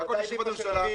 לחכות לישיבת הממשלה,